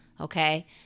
Okay